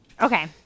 Okay